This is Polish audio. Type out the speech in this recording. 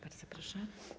Bardzo proszę.